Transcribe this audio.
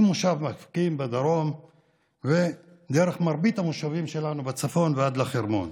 ממושב מבקיעים בדרום דרך מרבית המושבים שלנו בצפון ועד לחרמון.